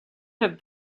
have